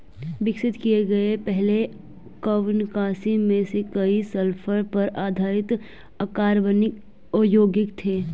विकसित किए गए पहले कवकनाशी में से कई सल्फर पर आधारित अकार्बनिक यौगिक थे